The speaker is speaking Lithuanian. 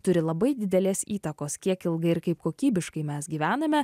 turi labai didelės įtakos kiek ilgai ir kaip kokybiškai mes gyvename